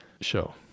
show